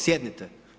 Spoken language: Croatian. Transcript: Sjednite.